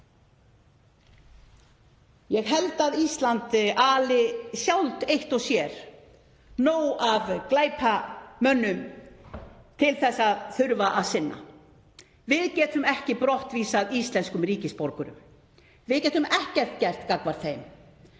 Ég held að Ísland ali sjálft eitt og sér nóg af glæpamönnum til að sinna. Við getum ekki brottvísað íslenskum ríkisborgurum, við getum ekkert gert gagnvart þeim,